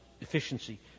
efficiency